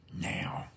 now